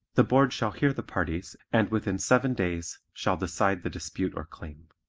the board shall hear the parties and within seven days shall decide the dispute or claim.